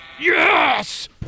Yes